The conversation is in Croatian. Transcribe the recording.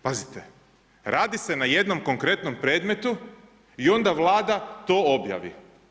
Pazite, radi se na jednom konkretnom predmetu i onda Vlada to objavi.